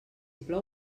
plou